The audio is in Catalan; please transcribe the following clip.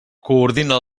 coordina